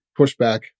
pushback